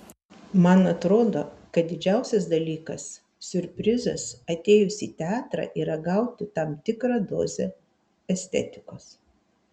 man atrodo kad didžiausias dalykas siurprizas atėjus į teatrą yra gauti tam tikrą dozę estetikos